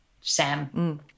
Sam